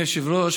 אדוני היושב-ראש,